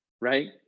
right